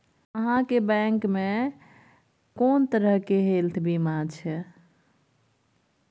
आहाँ बैंक मे हेल्थ बीमा के कोन तरह के छै?